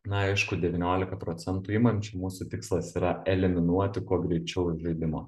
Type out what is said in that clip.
na aišku devyniolika procentų imančių mūsų tikslas yra eliminuoti kuo greičiau iš žaidimo